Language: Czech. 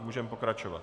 Můžeme pokračovat.